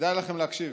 כדאי לכם להקשיב: